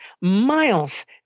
miles